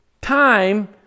time